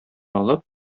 алып